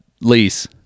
lease